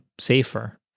safer